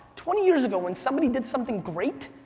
twenty years ago, when somebody did something great,